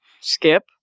Skip